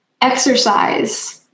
exercise